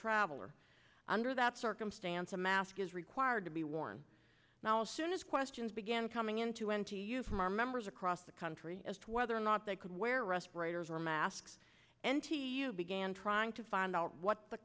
traveler under that circumstance a mask is required to be worn now as soon as questions began coming into n t e u from our members across the country as to whether or not they could wear respirators or masks n t e u began trying to find out what the